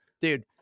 Dude